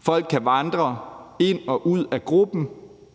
Folk kan vandre ind og ud af gruppen.